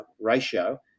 ratio